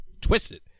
twisted